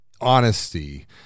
honesty